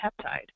peptide